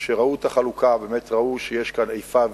כשראו את החלוקה, באמת ראו שיש כאן איפה ואיפה.